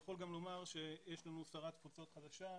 יש לנו שרת תפוצות חדשה,